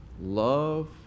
love